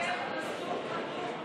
51. לפיכך הסתייגות 242 לא עברה.